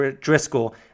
Driscoll